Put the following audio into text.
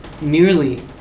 merely